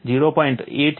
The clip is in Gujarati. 866 તે 0 બનશે